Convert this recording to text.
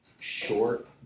short